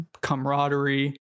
camaraderie